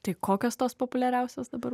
tai kokios tos populiariausios dabar